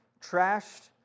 trashed